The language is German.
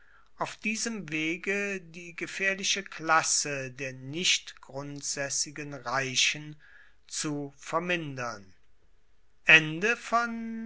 auf diesem wege die gefaehrliche klasse der nicht grundsaessigen reichen zu vermindern